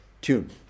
tune